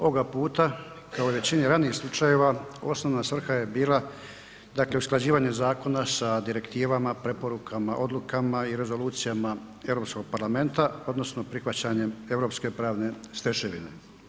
Ovoga puta kao i u većini ranijih slučajeva osnovna svrha je bila usklađivanje zakona sa direktivama, preporukama, odlukama i rezolucijama Europskog parlamenta odnosno prihvaćanjem europske pravne stečevine.